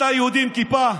אתה יהודי עם כיפה.